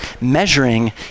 measuring